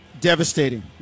Devastating